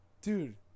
Dude